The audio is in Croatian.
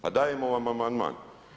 Pa dajemo vam amandman.